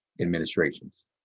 administrations